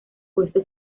puesto